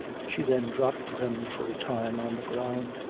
she then dropped them for a time on the ground,